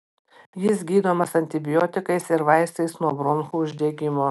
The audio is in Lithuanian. jis gydomas antibiotikais ir vaistais nuo bronchų uždegimo